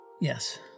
Yes